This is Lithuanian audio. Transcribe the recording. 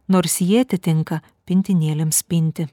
nors jie atitinka pintinėlėms pinti